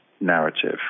narrative